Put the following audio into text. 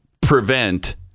prevent